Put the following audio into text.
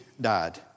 died